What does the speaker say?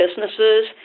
businesses